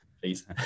please